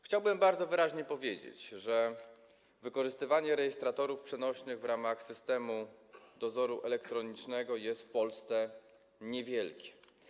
Chciałbym bardzo wyraźnie powiedzieć, że wykorzystywanie rejestratorów przenośnych w ramach systemu dozoru elektronicznego jest w Polsce niewielkie.